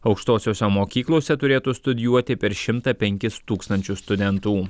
aukštosiose mokyklose turėtų studijuoti per šimtą penkis tūkstančius studentų